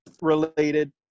related